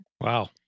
Wow